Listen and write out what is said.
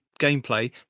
gameplay